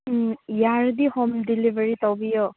ꯎꯝ ꯌꯥꯔꯗꯤ home delivery ꯇꯧꯕꯤꯌꯣ